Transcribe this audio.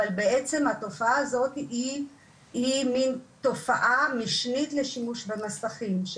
אבל בעצם התופעה הזאת היא מן תופעה משנית לשימוש במסכים.